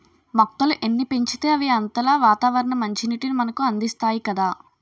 మొక్కలు ఎన్ని పెంచితే అవి అంతలా వాతావరణ మంచినీటిని మనకు అందిస్తాయి కదా